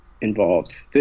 Involved